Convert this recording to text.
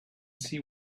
see